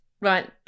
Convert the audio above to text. Right